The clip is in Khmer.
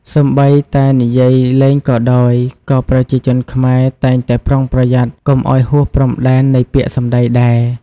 សូម្បីតែនិយាយលេងក៏ដោយ ក៏ប្រជាជនខ្មែរតែងតែប្រុងប្រយ័ត្នកុំឲ្យហួសព្រំដែននៃពាក្យសម្ដីដែរ។